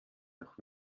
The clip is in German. noch